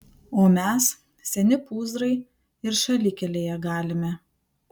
o mes seni pūzrai ir šalikelėje galime